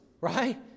right